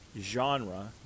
genre